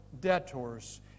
debtors